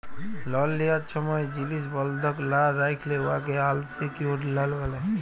লল লিয়ার ছময় জিলিস বল্ধক লা রাইখলে উয়াকে আলসিকিউর্ড লল ব্যলে